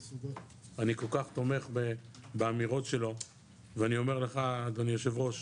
אני כל כך תומך באמירות שלו ואני אומר לך אדוני היו"ר,